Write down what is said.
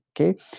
okay